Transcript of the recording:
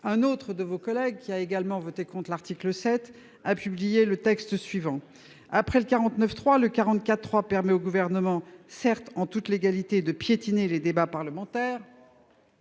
L'un d'eux, qui a également voté contre l'article 7, a publié le texte suivant :« Après le 49.3, le 44.3 permet au Gouvernement, certes en toute légalité, de piétiner les débats parlementaires.